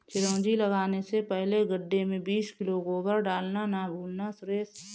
चिरौंजी लगाने से पहले गड्ढे में बीस किलो गोबर डालना ना भूलना सुरेश